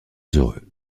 heureux